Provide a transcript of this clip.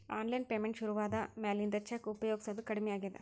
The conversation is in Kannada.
ಆನ್ಲೈನ್ ಪೇಮೆಂಟ್ ಶುರುವಾದ ಮ್ಯಾಲಿಂದ ಚೆಕ್ ಉಪಯೊಗಸೋದ ಕಡಮಿ ಆಗೇದ